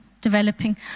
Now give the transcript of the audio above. developing